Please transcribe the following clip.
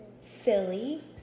Silly